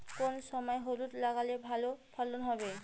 কোন সময় হলুদ লাগালে ভালো ফলন হবে?